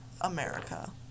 America